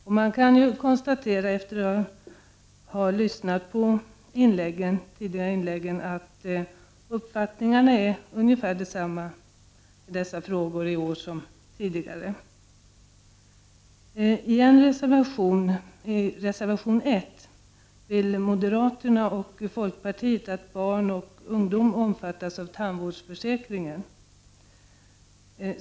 Efter att ha lyssnat på de tidigare inläggen kan jag konstatera att uppfattningarna i dessa frågor är ungefär desamma i år som tidigare. I reservation 1 vill moderaterna och folkpartiet att barn och ungdom skall omfattas av tandvårdsförsäkringen.